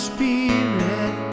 Spirit